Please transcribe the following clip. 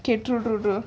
caterer